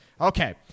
Okay